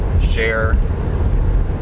share